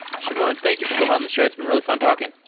shimon, thank you for coming on the show. it's been really fun talking.